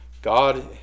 God